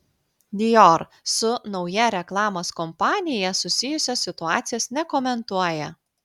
dior su nauja reklamos kampanija susijusios situacijos nekomentuoja